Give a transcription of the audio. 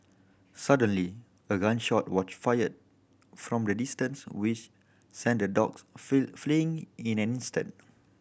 suddenly a gun shot was fired from a distance which sent the dogs fleeing in an instant